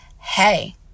hey